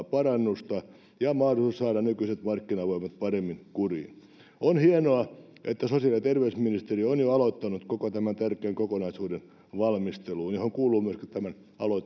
parannusta ja mahdollisuutta saada nykyiset markkinavoimat paremmin kuriin on hienoa että sosiaali ja terveysministeriö on jo aloittanut koko tämän tärkeän kokonaisuuden valmistelun johon kuuluu myöskin tämän